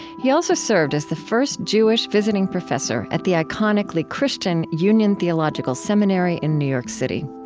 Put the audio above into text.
he also served as the first jewish visiting professor at the iconically christian, union theological seminary in new york city.